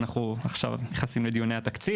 אנחנו עכשיו נכנסים לדיוני התקציב